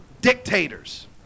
dictators